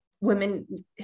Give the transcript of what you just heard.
women